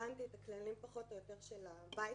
הבנתי פחות או יותר את הכללים של הבית,